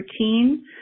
routine